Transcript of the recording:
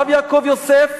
הרב יעקב יוסף